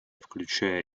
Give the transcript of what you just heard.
включая